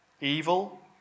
Evil